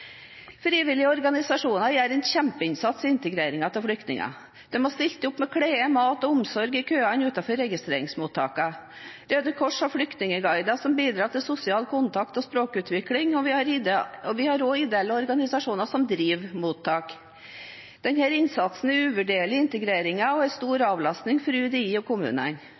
Frivillige organisasjoner gjør en kjempeinnsats i integreringen av flyktninger. De har stilt opp med klær, mat og omsorg i køene utenfor registreringsmottakene. Røde Kors har flyktningguider som bidrar til sosial kontakt og språkutvikling, og vi har også ideelle organisasjoner som driver mottak. Denne innsatsen er uvurderlig i integreringen og en stor avlastning for UDI og kommunene.